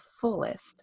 fullest